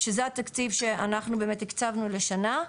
שזה התקציב שאנחנו באמת תקצבנו לשנה.